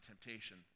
temptation